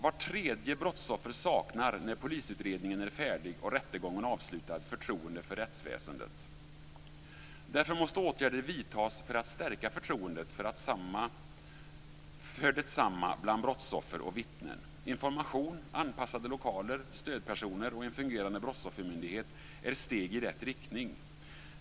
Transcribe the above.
Vart tredje brottsoffer saknar, när polisutredningen är färdig och rättegången är avslutad, förtroende för rättsväsendet. Därför måste åtgärder vidtas för att stärka förtroendet för detsamma bland brottsoffer och vittnen. Information, anpassade lokaler, stödpersoner och en fungerande brottsoffermyndighet är steg i rätt riktning.